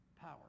power